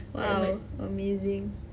!wow! amazing